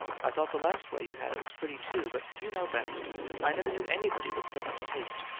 i thought the last way you had it was pretty, too. but you know best i never knew anybody with so much taste.